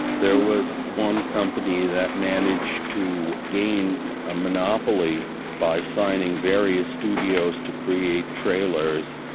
there was one company that managed to gain a monopoly by signing various studios to create trailers,